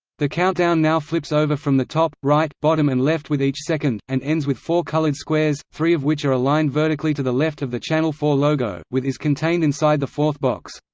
the countdown now flips over from the top, right, bottom and left with each second, and ends with four coloured squares, three of which are aligned vertically to the left of the channel four logo, with is contained inside the fourth box.